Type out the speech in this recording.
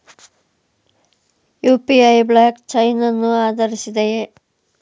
UPI block chain ಅನ್ನು ಆಧರಿಸಿದೆಯೇ?